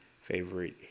favorite